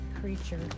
creature